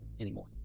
anymore